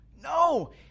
No